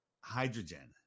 hydrogen